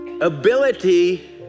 ability